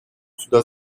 сюда